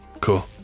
cool